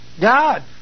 God